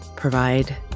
provide